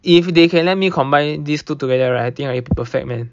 if they can let me combine these two together right I think it will be perfect man